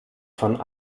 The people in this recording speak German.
von